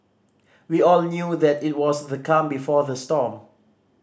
we all knew that it was the calm before the storm